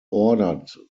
ordered